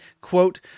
quote